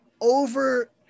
over